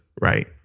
right